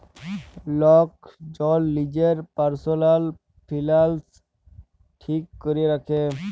lock জল লিজের পারসলাল ফিলালস ঠিক ক্যরে রাখে